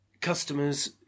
customers